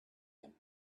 him